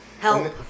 Help